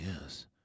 yes